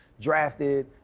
drafted